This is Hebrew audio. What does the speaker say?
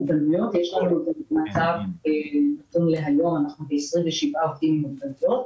לנו נכון להיום 27 עובדים עם מוגבלויות.